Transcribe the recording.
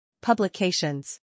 Publications